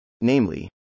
Namely